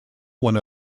one